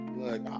Look